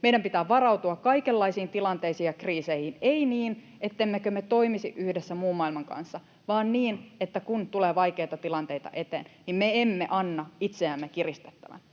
Meidän pitää varautua kaikenlaisiin tilanteisiin ja kriiseihin, ei niin, ettemmekö me toimisi yhdessä muun maailman kanssa, vaan niin, että kun tulee vaikeita tilanteita eteen, niin me emme anna itseämme kiristettävän,